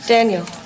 Daniel